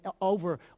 over